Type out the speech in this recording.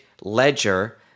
ledger